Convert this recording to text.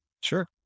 Sure